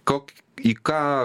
kok į ką